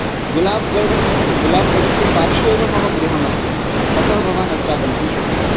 गुलाब्गड् गुलाब्गडस्य पार्श्वे एव मम गृहमस्ति ततः भवान् अत्र आगन्तुं शक्नोति